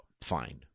fine